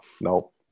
Nope